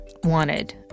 wanted